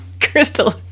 crystal